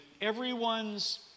everyone's